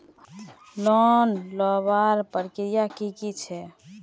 Loan लुबार प्रक्रिया की की छे?